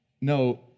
no